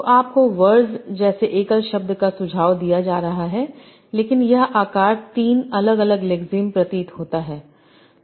तो आपको वर्ज जैसे एकल शब्द का सुझाव दिया जा रहा है लेकिन यह आकार 3 अलग अलग लेक्सेम प्रतीत होता है